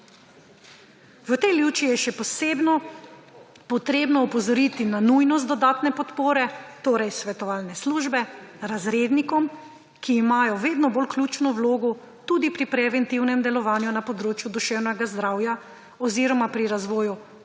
V tej luči je še posebno potrebno opozoriti na nujnost dodatne podpore, torej svetovalne službe razrednikom, ki imajo vedno bolj ključno vlogo tudi pri preventivnem delovanju na področju duševnega zdravja oziroma pri razvoju varne